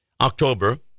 October